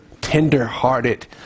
tender-hearted